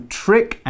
trick